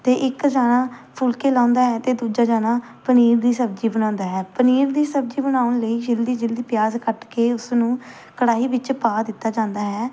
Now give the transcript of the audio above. ਅਤੇ ਇੱਕ ਜਣਾ ਫੁਲਕੇ ਲਾਹੁੰਦਾ ਹੈ ਅਤੇ ਦੂਜਾ ਜਣਾ ਪਨੀਰ ਦੀ ਸਬਜ਼ੀ ਬਣਾਉਂਦਾ ਹੈ ਪਨੀਰ ਦੀ ਸਬਜ਼ੀ ਬਣਾਉਣ ਲਈ ਜਲਦੀ ਜਲਦੀ ਪਿਆਜ਼ ਕੱਟ ਕੇ ਉਸਨੂੰ ਕੜਾਹੀ ਵਿੱਚ ਪਾ ਦਿੱਤਾ ਜਾਂਦਾ ਹੈ